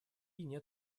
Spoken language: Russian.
нет